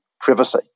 privacy